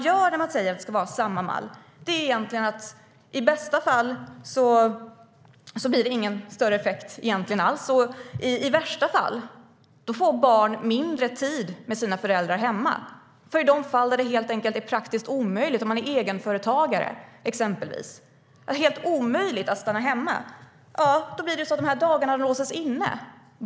Om det ska vara samma mall för alla blir det i bästa fall ingen effekt alls, men i värsta fall får barn mindre tid med sina föräldrar hemma. I de fall då det är helt omöjligt att stanna hemma, till exempel för den som är egenföretagare, blir det så att dagarna låses inne.